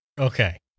Okay